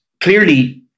clearly